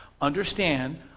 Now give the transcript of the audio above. Understand